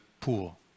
pool